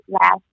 last